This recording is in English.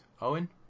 Owen